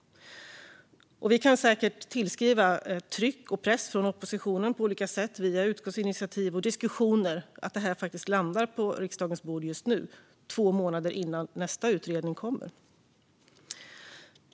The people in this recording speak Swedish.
Att det landar på riksdagens bord just nu, två månader innan nästa utredningsbetänkande kommer, kan vi säkert tillskriva tryck och press från oppositionen på olika sätt, via utskottsinitiativ och diskussioner.